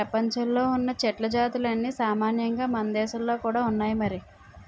ప్రపంచంలో ఉన్న చెట్ల జాతులన్నీ సామాన్యంగా మనదేశంలో కూడా ఉన్నాయి మరి